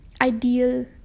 ideal